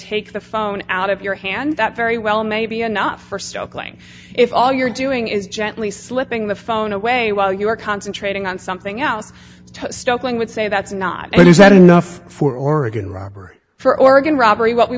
take the phone out of your hand that very well may be enough for stoke lying if all you're doing is gently slipping the phone away while you're concentrating on something else stoking would say that's not what is that enough for oregon robbery for oregon robbery what we